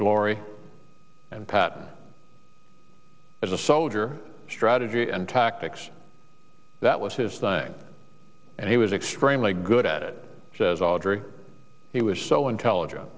glory and patton as a soldier strategy and tactics that was his thing and he was extremely good at it says audrey he was so intelligent